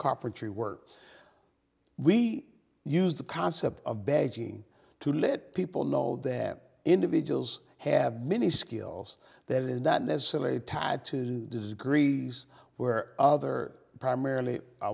carpentry work we used the concept of begging to let people know that individuals have many skills that is not necessarily tied to the degrees where other primarily